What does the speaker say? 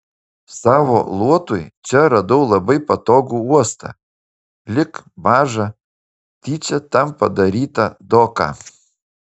savo luotui čia radau labai patogų uostą lyg mažą tyčia tam padarytą doką